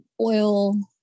oil